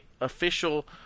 official